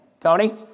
Tony